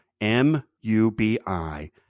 M-U-B-I